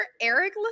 eric